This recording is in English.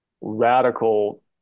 radical